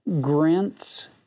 grants